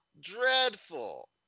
Dreadful